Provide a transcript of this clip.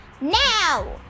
Now